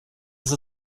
ist